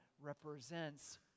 represents